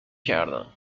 کردم